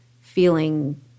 feeling